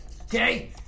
Okay